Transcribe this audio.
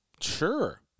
Sure